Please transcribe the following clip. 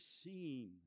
seen